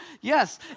Yes